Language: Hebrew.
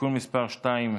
(תיקון מס' 2)